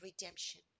redemption